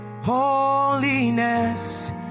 Holiness